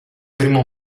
primo